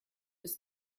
des